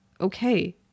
Okay